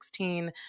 2016